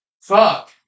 Fuck